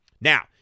Now